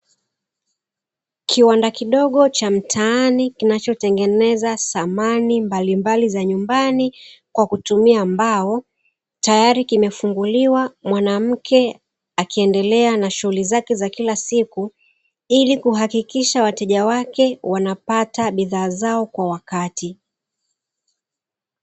Kiwanda kidogo cha mtaani kiinacho tengeneza samani mbalimbali za nyumbani kwa kutumia mbao, tayari kimefunguliwa mwanamke akiendelea na shughuli zake za kila siku ili kuhakikisha wateja wake wanapata bidhaa zao kwa wakati.